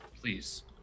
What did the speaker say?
please